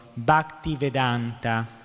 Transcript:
Bhaktivedanta